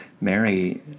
Mary